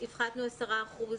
10% לתלמיד,